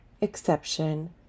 exception